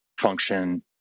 function